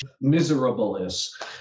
miserableness